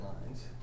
lines